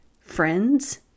friends